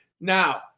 Now